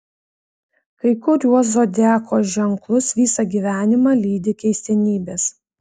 kai kuriuos zodiako ženklus visą gyvenimą lydi keistenybės